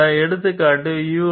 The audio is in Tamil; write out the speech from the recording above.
இந்த எடுத்துக்காட்டு யு